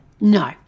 No